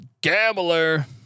gambler